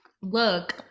Look